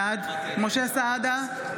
בעד משה סעדה,